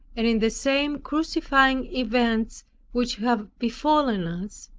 and in the same crucifying events which have befallen us,